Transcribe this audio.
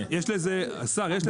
השר, יש לזה מושג.